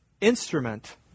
instrument